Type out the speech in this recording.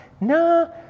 Nah